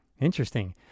Interesting